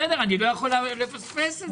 בסדר, אני לא יכול לפספס את זה.